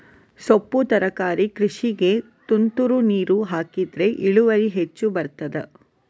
ಸೊಪ್ಪು ತರಕಾರಿ ಕೃಷಿಗೆ ತುಂತುರು ನೀರು ಹಾಕಿದ್ರೆ ಇಳುವರಿ ಹೆಚ್ಚು ಬರ್ತದ?